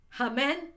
Amen